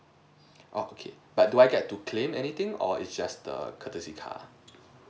oo okay but do I get to claim anything or it's just the courtesy car